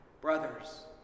Brothers